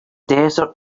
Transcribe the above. desert